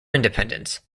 independence